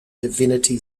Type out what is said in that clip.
divinity